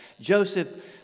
Joseph